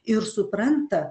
ir supranta